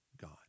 God